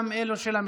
גם אלו של המשותפת,